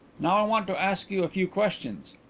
now, i want to ask you a few questions.